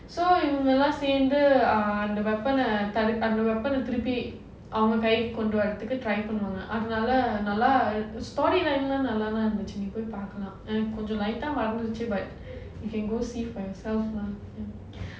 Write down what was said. so if இவங்கெல்லாம் சேர்ந்து:ivangellaam sernthu ah the weapon அந்த:andha weapon திருப்பி அவங்க கைக்கு கொண்டுவர:thiruppi avanga kaiyikku konduvara try பண்ணுவாங்க அதனால:pannuvaanga adhunaala storyline lah நல்லாதா இருந்துச்சு:nallaadha irundhuchu but you can go see for yourself lah